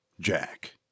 Jack